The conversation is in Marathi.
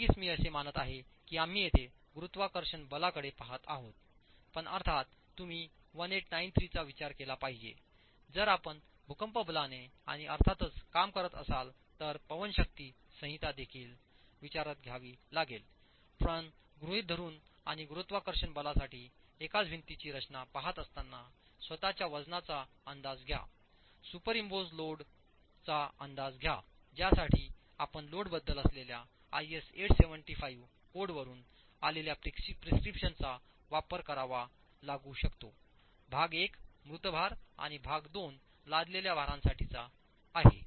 नक्कीच मी असे मानत आहे की आम्ही येथे गुरुत्वाकर्षण बला कडे पहात आहोत पण अर्थात तुम्ही 1893 चा विचार केला पाहिजे जर आपण भूकंप बलाने आणि अर्थातच काम करत असाल तर पवन शक्ती संहितादेखील विचारात घ्यावी लागेल पण गृहित धरून आणि गुरुत्वाकर्षण बलासाठी एकाच भिंतीची रचना पहात असताना स्वत च्या वजनाचा अंदाज घ्या सुपरइम्पोजेड लोडचा अंदाज घ्या ज्यासाठी आपण लोड बद्दल असलेल्या IS 875 कोडवरून आलेल्या प्रिस्क्रिप्शनचा वापर करावा लागू शकतो भाग 1 मृत भार आणि भाग 2 लादलेल्या भारांसाठीचा आहे